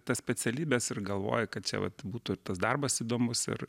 tas specialybes ir galvoji kad čia vat būtų ir tas darbas įdomus ir